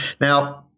Now